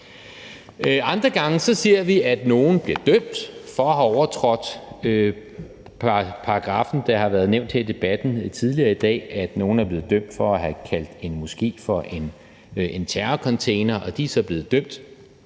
Andre gange ser vi, at nogle bliver dømt for at have overtrådt paragraffen. Det har været nævnt her i debatten tidligere i dag, at nogle er blevet dømt for at have kaldt en moské for en terrorcontainer, og at de så er blevet dømt.